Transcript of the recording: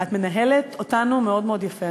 את מנהלת אותנו מאוד מאוד יפה.